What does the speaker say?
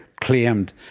claimed